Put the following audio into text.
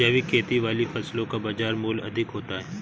जैविक खेती वाली फसलों का बाज़ार मूल्य अधिक होता है